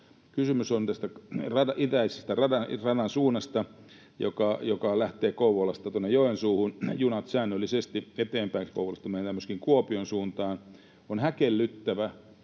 Kysymys on itäisen radan suunnasta. Rata lähtee Kouvolasta Joensuuhun, junat säännöllisesti eteenpäin. Kouvolasta mennään myöskin Kuopion suuntaan. On häkellyttävää,